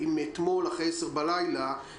של הלימודים